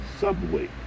subway